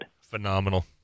Phenomenal